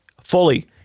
fully